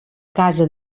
casa